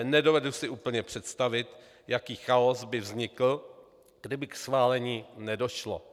Nedovedu si úplně představit, jaký chaos by vznikl, kdyby k schválení nedošlo.